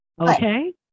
okay